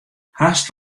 hast